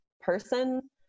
person